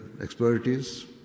expertise